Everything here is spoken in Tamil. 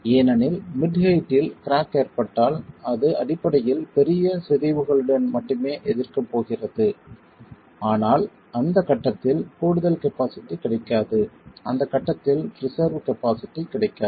ஏனெனில் மிட் ஹெயிட்டில் கிராக் ஏற்பட்டால் அது அடிப்படையில் பெரிய சிதைவுகளுடன் மட்டுமே எதிர்க்கப் போகிறது ஆனால் அந்த கட்டத்தில் கூடுதல் கபாஸிட்டி கிடைக்காது அந்த கட்டத்தில் ரிசர்வ் கபாஸிட்டி கிடைக்காது